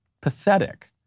pathetic